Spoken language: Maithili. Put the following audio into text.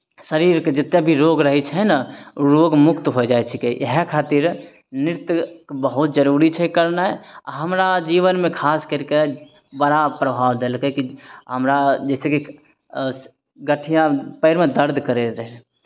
शरीरके जतेक भी रोग रहै छै ने रोग मुक्त होइ जाइ छिकै इएह खातिर नृत्य बहुत जरूरी छै करनाइ आ हमरा जीवनमे खास करि कऽ बड़ा प्रभाव देलकै कि हमरा जइसे कि गठिया पैरमे दर्द करैत रहय